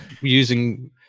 using